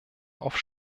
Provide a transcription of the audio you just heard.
auf